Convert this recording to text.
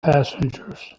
passengers